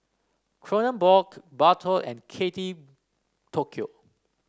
Kronenbourg Bardot and Kate Tokyo